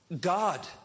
God